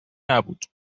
نبود